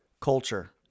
culture